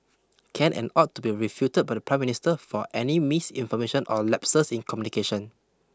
can and ought to be refuted by the Prime Minister for any misinformation or lapses in communication